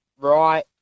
right